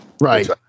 Right